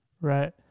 Right